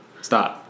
Stop